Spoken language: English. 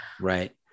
right